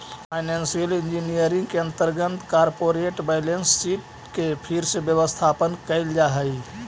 financial engineering के अंतर्गत corporate balance sheet के फिर से व्यवस्थापन कैल जा हई